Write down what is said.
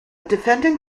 defendant